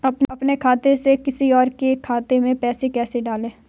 अपने खाते से किसी और के खाते में पैसे कैसे डालें?